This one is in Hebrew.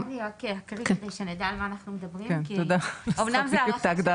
אולי אני רק אקריא כדי שנדע על מה אנחנו מדברים כי אומנם זה ממש קצר,